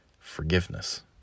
forgiveness